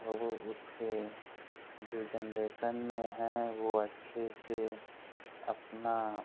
हो उसके जो जनरेसन में हैं वो अच्छे से अपना